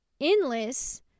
endless